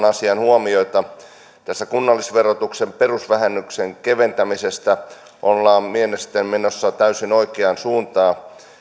asiaan huomiota tässä kunnallisverotuksen perusvähennyksen keventämisessä ollaan mielestäni menossa täysin oikeaan suuntaan